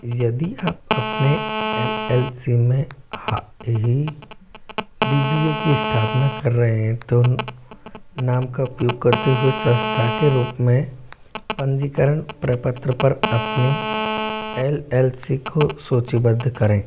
यदि आप अपने एल एल सी में ही डी बी ए की स्थापना कर रहे हैं तो नाम का उपयोग करते हुए संस्था के रूप में पंजीकरण प्रपत्र पर अपनी एल एल सी को सूचीबद्ध करें